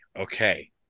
okay